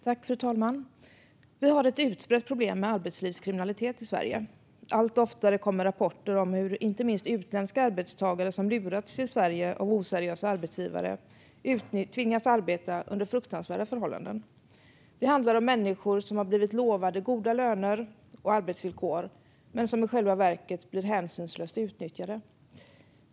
Fru talman! Vi har ett utbrett problem med arbetslivskriminalitet i Sverige. Allt oftare kommer rapporter om hur inte minst utländska arbetstagare, som lurats till Sverige av oseriösa arbetsgivare, tvingas arbeta under fruktansvärda förhållanden. Det handlar om människor som har blivit lovade goda löner och arbetsvillkor men som i själva verket blir hänsynslöst utnyttjade.